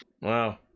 wow